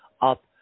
up